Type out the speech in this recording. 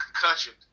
concussion